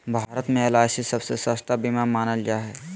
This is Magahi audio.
भारत मे एल.आई.सी सबसे सस्ता बीमा मानल जा हय